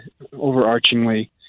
overarchingly